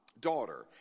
daughter